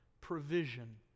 provision